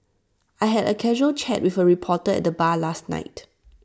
I had A casual chat with A reporter at the bar last night